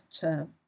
term